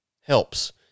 helps